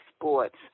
sports